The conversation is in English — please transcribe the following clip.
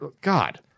God